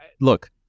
look